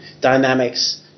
dynamics